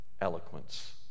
eloquence